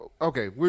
Okay